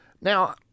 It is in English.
Now